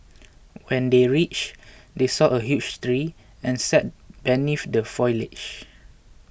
when they reached they saw a huge tree and sat beneath the foliage